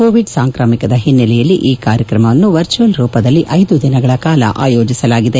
Covid ಸಾಂಕ್ರಾಮಿಕದ ಹಿನ್ನೆಲೆಯಲ್ಲಿ ಈ ಕಾರ್ಯಕ್ರಮವನ್ನು ವರ್ಚುವಲ್ ರೂಪದಲ್ಲಿ ಐದು ದಿನಗಳ ಕಾಲ ಆಯೋಜಿಸಲಾಗಿದೆ